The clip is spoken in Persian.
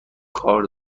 کار